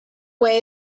way